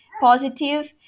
positive